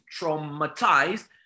traumatized